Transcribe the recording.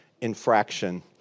infraction